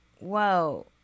whoa